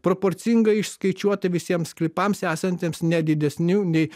proporcingai išskaičiuoti visiems sklypams esantiems ne didesniu nei